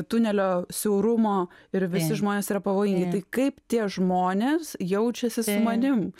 tunelio siaurumo ir visi žmonės yra pavojingi tai kaip tie žmonės jaučiasi su manim